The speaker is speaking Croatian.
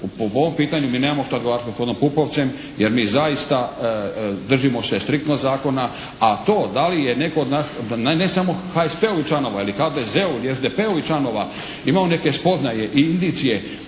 po ovom pitanju mi nemamo šta razgovarati sa gospodinom Pupovcem jer mi zaista držimo se striktno zakona a to da li je netko od nas, ne samo od HSP-ovih članova ili HDZ-ovih ili SDP-ovih članova imao neke spoznaje i indicije